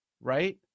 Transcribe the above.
Right